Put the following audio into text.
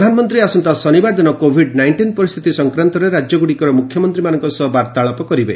ପ୍ରଧାନମନ୍ତ୍ରୀ ଆସନ୍ତା ଶନିବାର ଦିନ କୋଭିଡ୍ ନାଇଣ୍ଟିନ୍ ପରିସ୍ଥିତି ସଂକ୍ରାନ୍ତରେ ରାଜ୍ୟଗୁଡ଼ିକର ମୁଖ୍ୟମନ୍ତ୍ରୀମାନଙ୍କ ସହ ବାର୍ତ୍ତାଳାପ କରିବେ